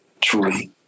Truly